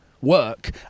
work